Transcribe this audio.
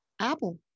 Apple